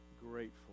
grateful